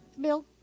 Bill